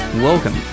Welcome